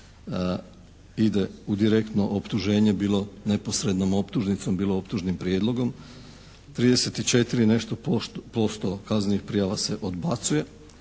ide u direktno optuženje bilo neposrednom optužnicom, bilo optužnim prijedlogom, 34 i nešto posto kaznenih prijava se odbacuje